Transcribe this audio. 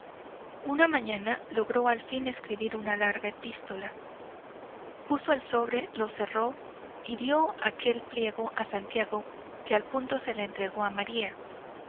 una mañana logró al fin escribir una larga epístola puso el sobre lo cerró y dio aquel pliego a santiago que al punto se le entregó a maría